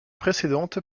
précédente